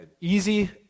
Easy